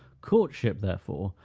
courtship, therefore,